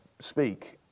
speak